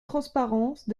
transparence